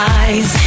eyes